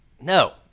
No